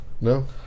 no